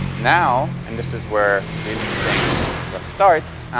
now, and this is where the interesting stuff starts.